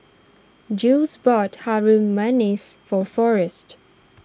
Jules bought Harum Manis for forrest